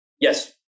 Yes